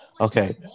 Okay